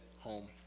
home